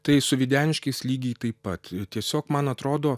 tai su videniškiais lygiai taip pat ir tiesiog man atrodo